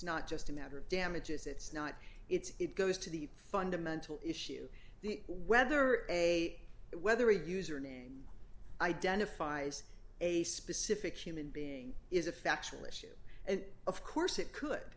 not just a matter of damages it's not it's it goes to the fundamental issue whether a whether a username identifies a specific human being is a factual issue and of course it could